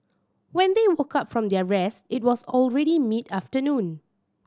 when they woke up from their rest it was already mid afternoon